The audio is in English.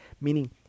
meaning